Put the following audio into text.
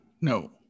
No